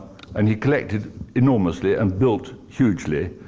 and he collected enormously, and built hugely,